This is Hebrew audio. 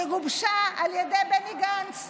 שגובשה על ידי בני גנץ.